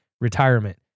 Retirement